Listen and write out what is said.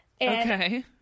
Okay